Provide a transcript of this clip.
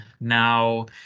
now